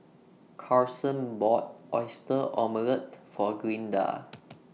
Carson bought Oyster Omelette For Glinda